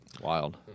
Wild